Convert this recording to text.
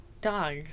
Dog